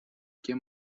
кем